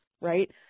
right